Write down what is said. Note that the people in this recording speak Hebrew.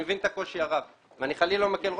מבין את הקושי הרב ואני חלילה לא מקל ראש.